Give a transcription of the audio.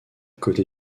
côté